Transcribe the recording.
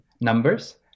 numbers